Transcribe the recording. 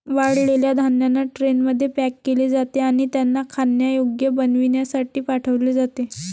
वाळलेल्या धान्यांना ट्रेनमध्ये पॅक केले जाते आणि त्यांना खाण्यायोग्य बनविण्यासाठी पाठविले जाते